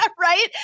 right